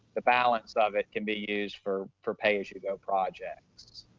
the balance of it can be used for for pay as you go projects.